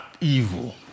evil